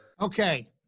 Okay